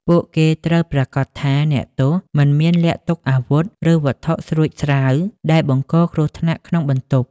ពួកគេត្រូវប្រាកដថាអ្នកទោសមិនមានលាក់ទុកអាវុធ ឬវត្ថុស្រួចស្រាវដែលបង្កគ្រោះថ្នាក់ក្នុងបន្ទប់។